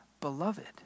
beloved